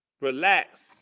relax